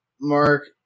Mark